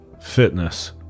fitness